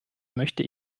möchte